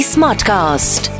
Smartcast